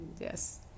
Yes